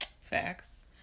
facts